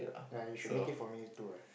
yea you should make it for me too